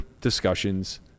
discussions